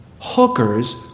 Hookers